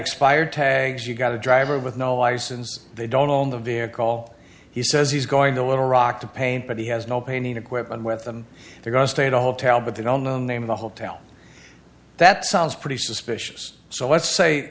expired tags you've got a driver with no license they don't own the vehicle all he says he's going to little rock to paint but he has no painting equipment with them they're going to stay at a hotel but they don't know the name of the hotel that sounds pretty suspicious so let's say